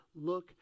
look